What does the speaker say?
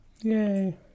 Yay